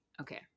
okay